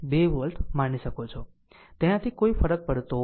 તેનાથી કોઈ ફરક પડતો નથી